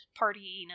partying